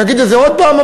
נגיד את זה עוד הפעם,